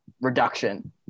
reduction